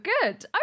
good